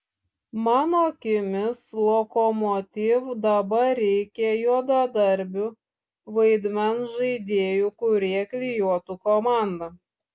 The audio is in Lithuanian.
mano akimis lokomotiv dabar reikia juodadarbių vaidmens žaidėjų kurie klijuotų komandą